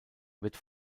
wird